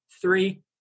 three